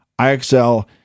IXL